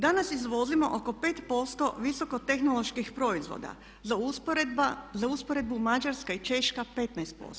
Danas izvozimo oko 5% visoko tehnoloških proizvoda za usporedbu Mađarska i Češka 15%